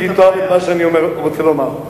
כי היא תאהב את מה שאני רוצה לומר,